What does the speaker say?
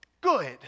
Good